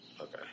Okay